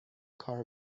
کار